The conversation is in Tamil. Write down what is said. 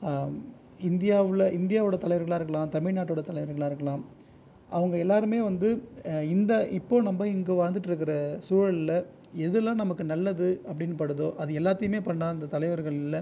இந்தியாவில் இந்தியாவோடய தலைவர்களாக இருக்கலாம் தமிழ்நாட்டோடய தலைவர்களாக இருக்கலாம் அவங்க எல்லாேருமே வந்து இந்த இப்போது நம்ம இங்கு வாழ்ந்துகிட்டு இருக்கிற சூழலில் எதெல்லாம் நமக்கு நல்லது அப்படின்னு படுதோ அது எல்லாத்தையுமே பண்ண அந்த தலைவர்களில்